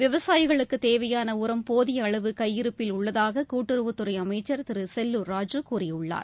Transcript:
விவசாயிகளுக்கு தேவையான உரம் போதிய அளவு கையிருப்பில் உள்ளதாக கூட்டுறவுத்துறை அமைச்சர் திரு செல்லூர் ராஜூ கூறியுள்ளார்